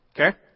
Okay